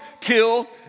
kill